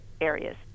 areas